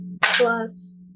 plus